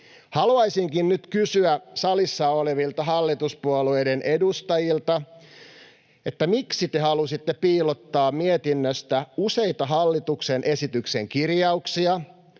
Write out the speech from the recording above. Haluaisinkin nyt kysyä salissa olevilta hallituspuolueiden edustajilta: miksi te halusitte piilottaa mietinnöstä useita hallituksen esityksen kirjauksia,